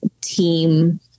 team